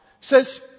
says